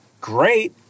great